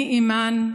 אני, אימאן,